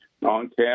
non-cash